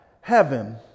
heaven